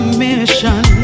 mission